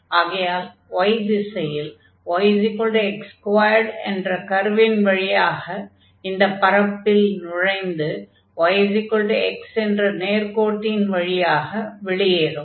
ஆகையால் y திசையில் yx2 என்ற கர்வின் வழியாக இந்த பரப்பில் நுழைந்து yx என்ற நேர்க்கோட்டின் வழியாக வெளியேறும்